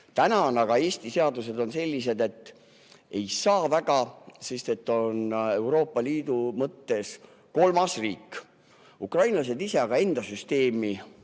valida. Aga Eesti seadused on sellised, et ei saa väga, sest [Ukraina] on Euroopa Liidu mõttes kolmas riik. Ukrainlased ise aga enda süsteemi